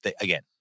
Again